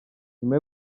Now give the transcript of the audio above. nyuma